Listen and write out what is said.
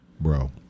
Bro